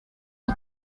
mon